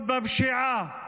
בטיפול בפשיעה,